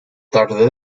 tarde